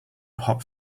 hot